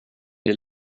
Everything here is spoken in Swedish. det